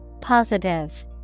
Positive